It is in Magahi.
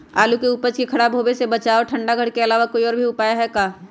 आलू के उपज के खराब होवे से बचाबे ठंडा घर के अलावा कोई और भी उपाय है का?